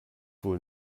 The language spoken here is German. wohl